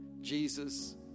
Jesus